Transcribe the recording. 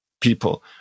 people